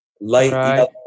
light